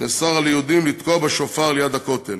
נאסר על היהודים לתקוע בשופר ליד הכותל,